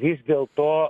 vis dėlto